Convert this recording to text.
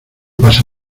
pasa